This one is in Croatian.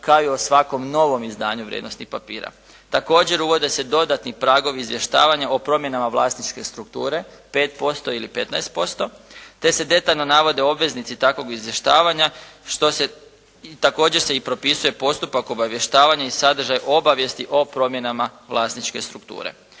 kao i o svakom novom izdanju vrijednosnih papira. Također, uvode se dodatni pragovi izvještavanja o promjenama vlasničke strukture 5% ili 15%, te se detaljno navode obveznici takvog izvještavanja. Također se i propisuje postupak obavještavanja i sadržaj obavijesti o promjenama vlasničke strukture.